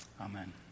Amen